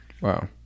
Wow